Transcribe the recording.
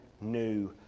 new